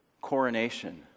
coronation